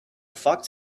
fox